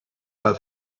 have